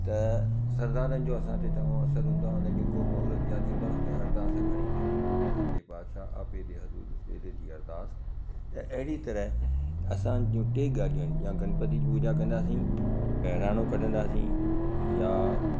त सरदारनि जो असांखे तमामु असरु हूंदो आहे उन्हनि जो को मुहूरत या थींदो आहे भई अरदास खणी अचऊं हे सच्चे बादशाह आपे दी हर रोज सुबेरे दी अरदास त अहिड़ी तरह असां जूं टे ॻाल्हियूं आहिनि या गणपति जी पूॼा कंदासीं बहिराणो कढंदासीं या